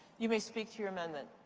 you may speak to your amendment.